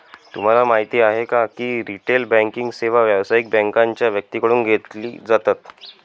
तुम्हाला माहिती आहे का की रिटेल बँकिंग सेवा व्यावसायिक बँकांच्या व्यक्तींकडून घेतली जातात